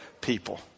people